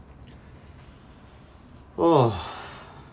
oh